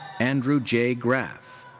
andrew j. graff.